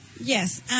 Yes